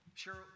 Sure